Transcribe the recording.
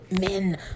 men